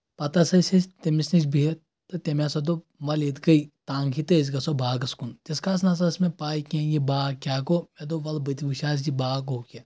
پَتہٕ ہسا ٲسۍ أسۍ تٔمِس نِش بِہتھ تہٕ تٔمۍ ہسا دوٚپ ولہٕ ییٚتہِ گٔیے تنٛگ ہیٖ تہٕ أسۍ گژھو باغس کُن تیٖتِس کالس نہ ہسا ٲسۍ مےٚ پاے کینٛہہ یہِ باغ کیٛاہ گوٚو مےٚ دوٚپ ولہٕ بہٕ تہِ ؤچھِ آز یہِ باغ گوٚو کیٛاہ